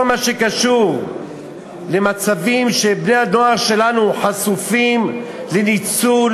כל מה שקשור למצבים שבהם בני-הנוער שלנו חשופים לניצול,